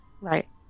Right